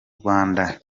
rwanda